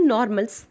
Normals